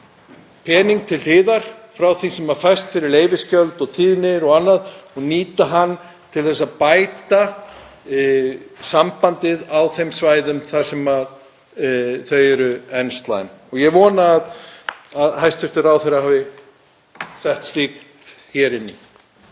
pening til hliðar af því sem fæst fyrir leyfisgjöld og tíðnir og annað og nýta hann til þess að bæta sambandið á þeim svæðum þar sem það er enn slæmt og ég vona að hæstv. ráðherra hafi sett slíkt ákvæði hér inn.